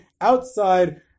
outside